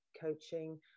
coaching